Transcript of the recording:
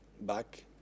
back